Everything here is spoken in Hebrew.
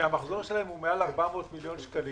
שהמחזור שלהם הוא מעל 400 מיליון שקלים